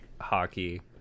hockey